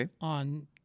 on